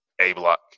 A-block